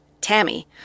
Tammy